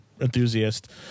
enthusiast